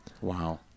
Wow